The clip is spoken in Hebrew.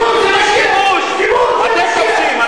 אתם כובשים.